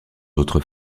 autres